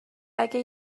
اگه